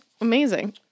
Amazing